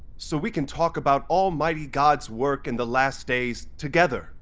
so we can talk about almighty god's work in the last days together.